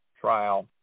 trial